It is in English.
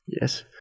Yes